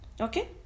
Okay